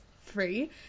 free